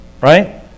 Right